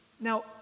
Now